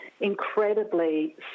incredibly